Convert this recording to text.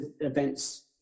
events